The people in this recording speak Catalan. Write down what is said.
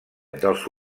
dels